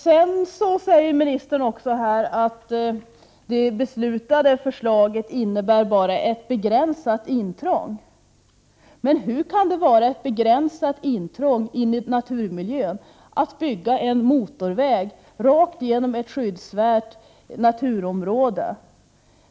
I svaret sägs också att det förslag som det har fattats beslut om innebär bara ett begränsat intrång. Men hur kan det vara ett begränsat intrång i naturmiljön att bygga en motorväg rakt genom ett skyddsvärt naturområde,